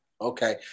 Okay